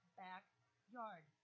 backyard